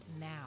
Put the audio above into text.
now